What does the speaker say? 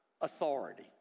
authority